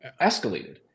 escalated